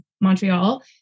Montreal